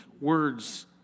words